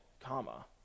comma